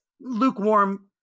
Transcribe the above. lukewarm